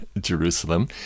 Jerusalem